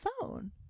phone